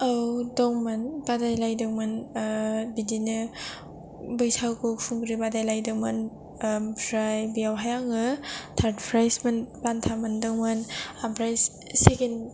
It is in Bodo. औ दंमोन बादाय लायदोंमोन बिदिनो बैसागु खुंग्रि बादायलायदोंमोन ओमफ्राय बेवहाय आङो टार्ड प्राइज बान्था मोनदोंमोन ओमफ्राय सेकेन्द